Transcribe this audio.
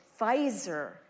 Pfizer